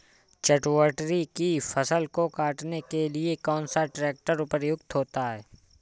चटवटरी की फसल को काटने के लिए कौन सा ट्रैक्टर उपयुक्त होता है?